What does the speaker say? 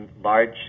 large